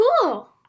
Cool